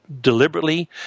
deliberately